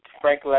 Frank